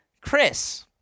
Chris